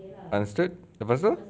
understood lepas tu